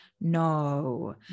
No